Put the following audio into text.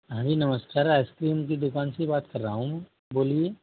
हाँ जी नमस्कार आइस क्रीम की दुकान से बात कर रहा हूँ बोलिए